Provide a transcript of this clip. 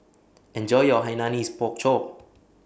Enjoy your Hainanese Pork Chop